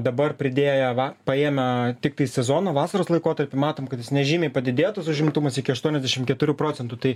dabar pridėję va paėmę tiktai sezono vasaros laikotarpį matom kad jis nežymiai padidėjo tas užimtumas iki aštuoniasdešim keturių procentų tai